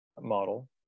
model